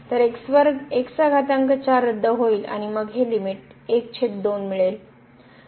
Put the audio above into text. तर रद्द होईल आणि मग हे लिमिट 12 मिळेल